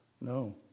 No